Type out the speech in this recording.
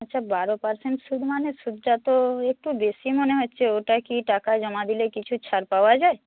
আচ্ছা বারো পারসেন্ট সুদ মানে সুদটা তো একটু বেশি মনে হচ্ছে ওটা কি টাকা জমা দিলে কিছু ছাড় পাওয়া যায়